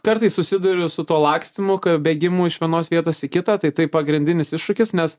kartais susiduriu su tuo lakstymu bėgimu iš vienos vietos į kitą tai tai pagrindinis iššūkis nes